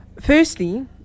firstly